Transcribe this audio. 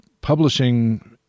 publishing